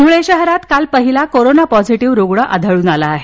धुळे शहरात काल पहिला कोरोना पॉझिटीव्ह रूग्ण आढळून आला आहे